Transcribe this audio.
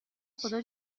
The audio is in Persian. خدا